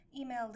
email